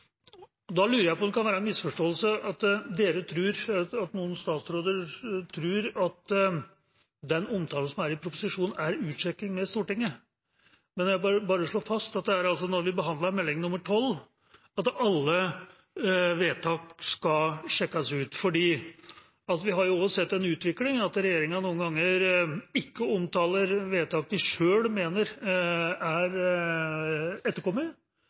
Da lurer jeg på om det kan være en misforståelse, at noen statsråder tror at den omtalen som er i proposisjonen, er utsjekking med Stortinget. Jeg vil bare slå fast at det er altså når vi behandler Meld. St. 12 at alle vedtak skal sjekkes ut. Vi har sett en utvikling hvor regjeringen noen ganger ikke omtaler vedtak de selv mener er etterkommet,